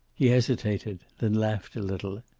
he hesitated, then laughed a little.